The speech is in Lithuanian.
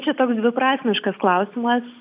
čia toks dviprasmiškas klausimas